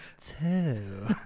two